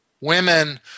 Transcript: Women